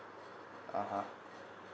(uh huh)